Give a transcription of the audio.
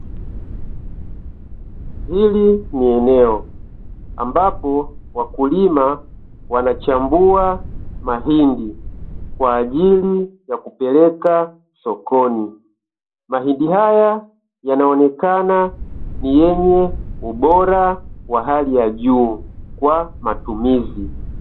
Hili ni eneo ambapo wakulima wanachambua mahindi kwa ajili ya kupeleka sokoni, mahindi haya yanaonekana ni yenye ubora wa hali ya juu kwa matumizi.